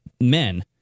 men